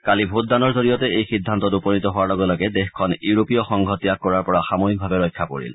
কালি ভোটদানৰ জৰিয়তে এই সিদ্ধান্তত উপনীত হোৱাৰ লগে লগে দেশখন ইউৰোপীয় সংঘ ত্যাগ কৰাৰ পৰা সাময়িকভাৱে ৰক্ষা পৰিল